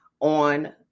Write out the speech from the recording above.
on